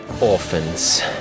orphans